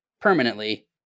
permanently